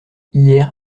hier